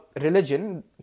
religion